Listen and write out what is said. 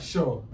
Sure